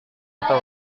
itu